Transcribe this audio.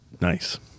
Nice